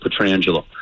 Petrangelo